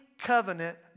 covenant